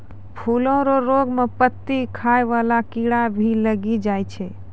फूलो रो रोग मे पत्ती खाय वाला कीड़ा भी लागी जाय छै